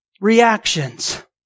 reactions